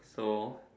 so